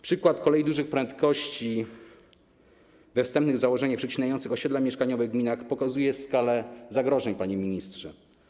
Przykład kolei dużych prędkości we wstępnych założeniach przecinających osiedla mieszkaniowe w gminach pokazuje skalę zagrożeń, panie ministrze.